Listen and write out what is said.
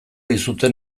dizute